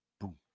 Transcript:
boom